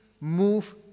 move